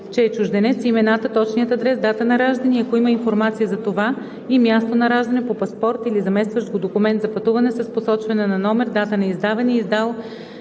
че е чужденец – имената, точния адрес, дата на раждане, а ако има информация за това – и място на раждане, по паспорт или заместващ го документ за пътуване с посочване на номер, дата на издаване и издател